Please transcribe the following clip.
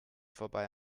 vorbei